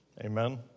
Amen